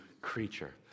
creature